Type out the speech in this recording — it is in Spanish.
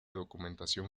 documentación